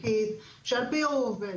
שעל פיה הוא עובד.